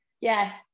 yes